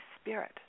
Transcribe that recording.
spirit